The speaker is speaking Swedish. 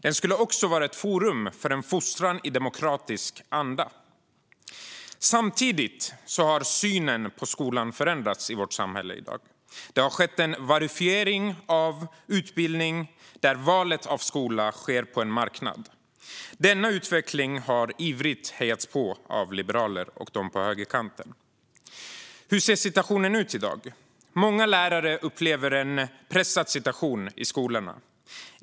Den skulle också vara ett forum för en fostran i demokratisk anda. Samtidigt har synen på skolan förändrats i vårt samhälle. Det har skett en varufiering av utbildning där valet av skola sker på en marknad. Denna utveckling har ivrigt hejats på av liberaler och de på högerkanten. Hur ser situationen ut i dag? Många lärare upplever en pressad situation i skolan.